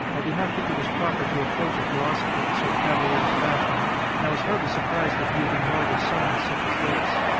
i did not think it was proper to approach a philosopher in so cavalier a fashion and i was hardly surprised that he had ignored a summons such as this.